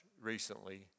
recently